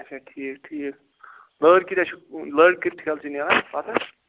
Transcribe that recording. اچھا ٹھیٖک ٹھیٖک لٲر کۭیتیاہ چھو لٲر کۭتِس کالس چھِو نیران پَتہٕ